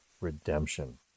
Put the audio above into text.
redemption